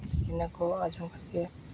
ᱤᱱᱟᱹ ᱠᱚ ᱟᱸᱡᱚᱢ ᱠᱟᱛᱮ